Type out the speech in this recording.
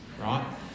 right